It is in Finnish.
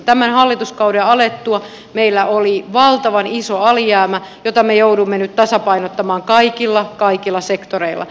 tämän hallituskauden alettua meillä oli valtavan iso alijäämä jota me joudumme nyt tasapainottamaan kaikilla sektoreilla